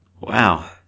Wow